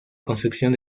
construcción